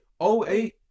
08